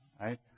right